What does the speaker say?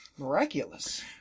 miraculous